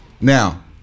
Now